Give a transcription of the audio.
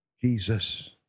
Jesus